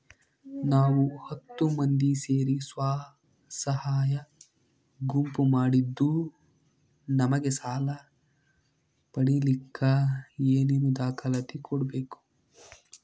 ನಾವು ಹತ್ತು ಮಂದಿ ಸೇರಿ ಸ್ವಸಹಾಯ ಗುಂಪು ಮಾಡಿದ್ದೂ ನಮಗೆ ಸಾಲ ಪಡೇಲಿಕ್ಕ ಏನೇನು ದಾಖಲಾತಿ ಕೊಡ್ಬೇಕು?